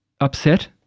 upset